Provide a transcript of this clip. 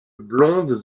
blonde